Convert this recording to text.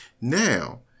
Now